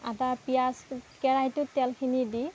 আদা পিঁয়াজ কেৰাহিটোত তেলখিনি দি